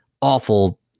awful